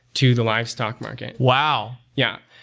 to the livestock market. wow! yeah.